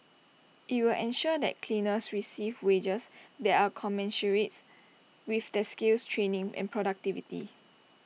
IT will ensure that cleaners receive wages that are commensurate with their skills training and productivity